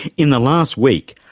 in the last week,